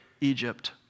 Egypt